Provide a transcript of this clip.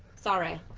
sorry.